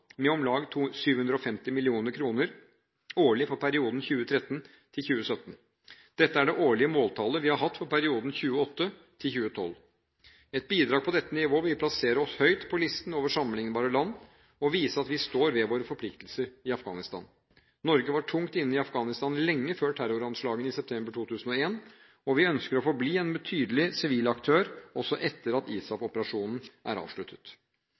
med om lag 750 mill. kr årlig for perioden 2013–2017. Dette er det årlige måltallet vi har hatt for perioden 2008–2012. Et bidrag på dette nivået vil plassere oss høyt på listen over sammenlignbare land og vise at vi står ved våre forpliktelser i Afghanistan. Norge var tungt inne i Afghanistan lenge før terroranslagene i september 2001, og vi ønsker å forbli en betydelig sivil aktør også etter at ISAF-operasjonen er avsluttet.